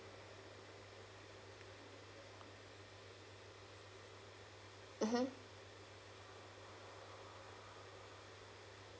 mmhmm